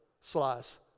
slice